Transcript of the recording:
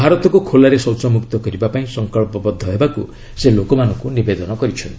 ଭାରତକୁ ଖୋଲାରେ ଶୌଚମୁକ୍ତ କରିବାପାଇଁ ସଙ୍କଚ୍ଚବଦ୍ଧ ହେବାକୁ ସେ ଲୋକମାନଙ୍କୁ ନିବେଦନ କରିଛନ୍ତି